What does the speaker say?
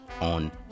on